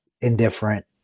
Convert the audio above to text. indifferent